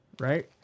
right